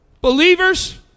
Believers